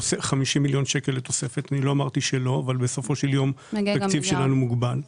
לא אמרתי שלא אבל בסופו של יום התקציב שלנו מוגבל.